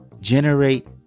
generate